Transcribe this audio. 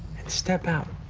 and step out,